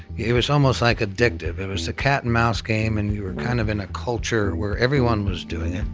it was almost like addictive. it and was the cat and mouse game, and we were kind of in a culture where everyone was doing it.